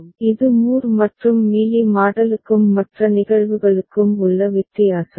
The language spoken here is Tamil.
எனவே இது மூர் மற்றும் மீலி மாடலுக்கும் மற்ற நிகழ்வுகளுக்கும் உள்ள வித்தியாசம்